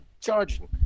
charging